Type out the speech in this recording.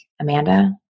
Amanda